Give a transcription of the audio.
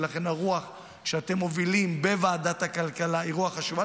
ולכן הרוח שאתם מובילים בוועדת הכלכלה היא רוח חשובה.